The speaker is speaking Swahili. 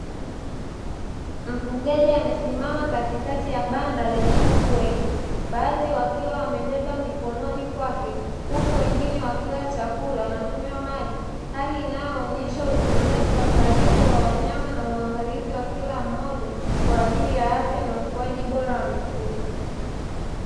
Mfugaji amesimama katikati ya banda lenye kuku wengi, baadhi akiwa amebeba mikononi kwake huku wengine wakila chakula na kunywa maji, hali inayoonesha utunzaji wa karibu wa wanyama na uangalizi wa kila mmoja kwaajili ya afya na ukuaji bora wa mifugo.